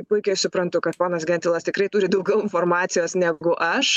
puikiai suprantu kad ponas gentvilas tikrai turi daugiau informacijos negu aš